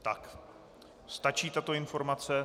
Tak, stačí tato informace?